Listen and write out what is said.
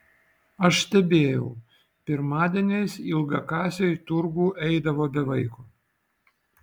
aš stebėjau pirmadieniais ilgakasė į turgų eidavo be vaiko